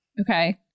Okay